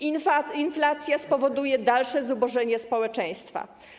Inflacja spowoduje dalsze zubożenie społeczeństwa.